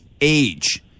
age